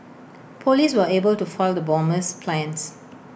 Police were able to foil the bomber's plans